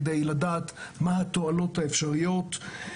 כדי לדעת מה התועלות האפשריות.